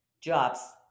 jobs